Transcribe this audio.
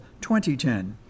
2010